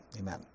Amen